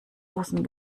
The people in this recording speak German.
außen